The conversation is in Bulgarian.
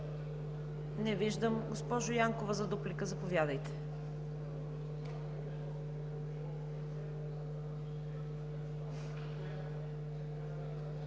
Не виждам. Госпожо Янкова, за дуплика – заповядайте.